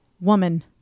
woman